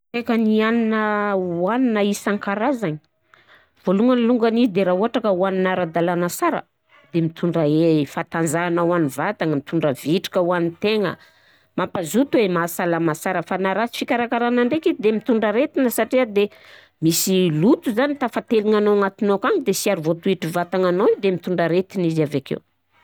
Ainkan'ny hanina hoanina isan-karazany, vôlohany longany izy de raha ôhatra ka hoanina ara-dàlana sara de mitondra he- fantanjahagna ho an'ny vatagna, mitondra vitrika tegna, mampazoto e, mahasalama sara; fa na rasy fikarakarana ndraiky izy de mitondra aretigna satria de misy loto tafatelignanao agnatinao akagny de sy ary voatoetry vatagnanao de mitondra aretigny izy avekeo.